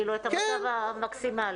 כאילו את המצב המקסימלי.